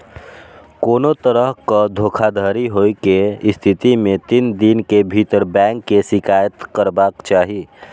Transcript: कोनो तरहक धोखाधड़ी होइ के स्थिति मे तीन दिन के भीतर बैंक के शिकायत करबाक चाही